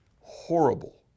horrible